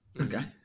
Okay